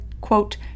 quote